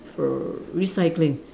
for recycling